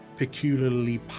peculiarly